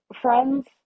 friends